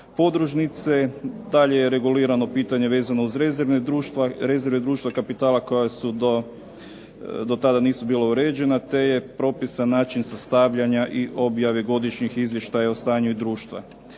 podružnice. Dalje je regulirano pitanje vezano uz rezerve društva kapitala koja su do, do tada nisu bila uređena te je propisan način sastavljanja i objave godišnjih izvještaja o stanju i društva.